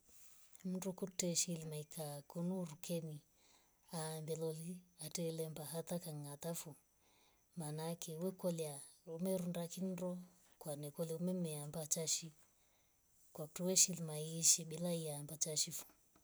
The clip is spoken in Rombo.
Mndu kute shilima maika kun hurukeni aambeloli atailemba hata kangata foo maana ake wekolya umerunda kiindo kwani kolie umeme ambachashi kwa ktuwe shiilima yeishi bila iya mbachashi foo.